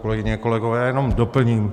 Kolegyně, kolegové, já jenom doplním.